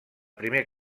primer